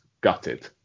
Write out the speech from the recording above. gutted